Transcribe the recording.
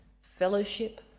fellowship